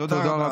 תודה רבה.